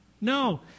No